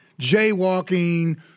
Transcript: jaywalking